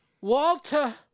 Walter